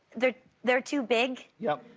they're they're too big. yeah